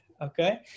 Okay